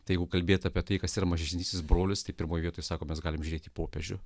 taigi kalbėti apie tai kas yra mažesnysis brolis tik pirmoje vietoj sako mes galime žiūrėti į popiežių